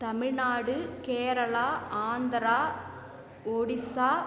Tamil Nadu Kerala Andhra Orissa